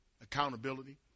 accountability